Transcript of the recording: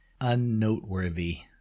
unnoteworthy